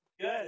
Good